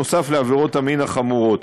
נוסף על עבירות המין החמורות.